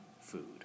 food